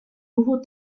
nouveau